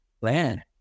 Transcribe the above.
land